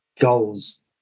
goals